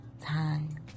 time